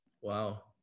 Wow